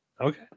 Okay